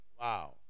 Wow